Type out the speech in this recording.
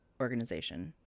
organization